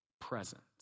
present